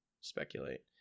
speculate